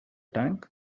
tank